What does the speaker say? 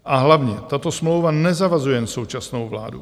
A hlavně, tato smlouva nezavazuje jen současnou vládu.